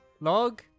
Log